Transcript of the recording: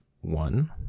One